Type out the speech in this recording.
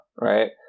right